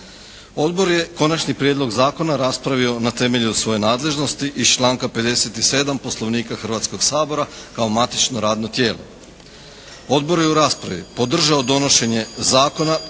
Odbor je konačni prijedlog zakona raspravio na temelju svoje nadležnosti iz članka 57. Poslovnika Hrvatskog sabora kao matično radno tijelo. Odbor je u raspravi podržao donošenje zakona